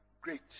great